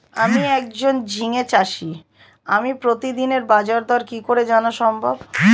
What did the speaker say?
আমি একজন ঝিঙে চাষী আমি প্রতিদিনের বাজারদর কি করে জানা সম্ভব?